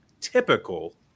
typical